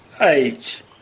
age